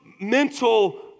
mental